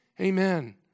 Amen